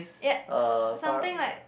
ya something like